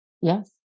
Yes